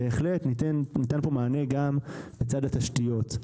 בהחלט ניתן פה מענה גם לצד התשתיות.